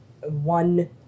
one